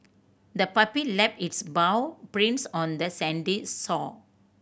the puppy left its paw prints on the sandy sore